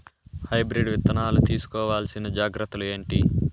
Hybrid విత్తనాలు తీసుకోవాల్సిన జాగ్రత్తలు ఏంటి?